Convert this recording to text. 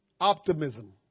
optimism